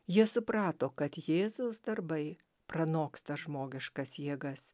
jie suprato kad jėzaus darbai pranoksta žmogiškas jėgas